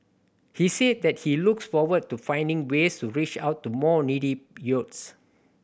he said that he looks forward to finding ways to reach out to more needy youths